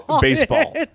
baseball